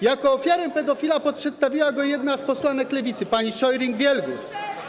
Jako ofiarę pedofila przedstawiła go jedna z posłanek Lewicy, pani Scheuring-Wielgus.